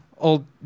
Old